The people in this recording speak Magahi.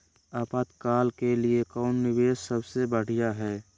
आपातकाल के लिए कौन निवेस सबसे बढ़िया है?